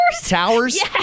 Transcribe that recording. Towers